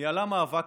היא ניהלה מאבק.